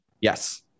yes